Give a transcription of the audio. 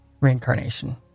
reincarnation